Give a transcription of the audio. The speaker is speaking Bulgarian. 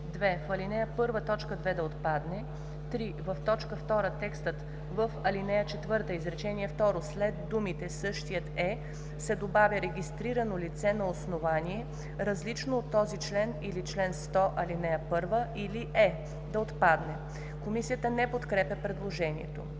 2. В ал. 1, т. 2 да отпадне. 3. В т. 2 текстът „В ал. 4, изречение второ след думите „същият е” се добавя „регистрирано лице на основание, различно от този член или чл. 100, ал. 1 или е” – да отпадне.“ Комисията не подкрепя предложението.